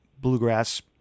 bluegrass